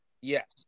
Yes